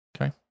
Okay